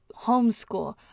homeschool